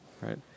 right